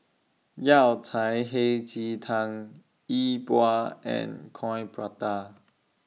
Yao Cai Hei Ji Tang Yi Bua and Coin Prata